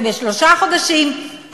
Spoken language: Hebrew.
ובשלושה חודשים.